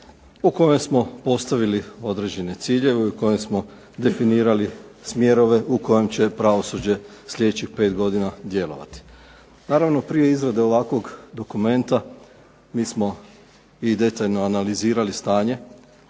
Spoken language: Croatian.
u kojem smo postavili određene ciljeve i u kojem smo definirali smjerove u kojem će pravosuđe sljedećih pet godina djelovati. Naravno, prije izrade ovakvog dokumenta mi smo i detaljno analizirali stanje,